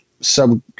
sub